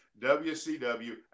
W-C-W